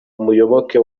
umuyoboke